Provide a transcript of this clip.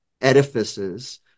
edifices